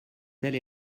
telle